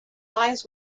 eyes